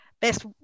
best